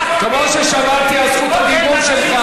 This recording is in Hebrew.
מתי קיבלת,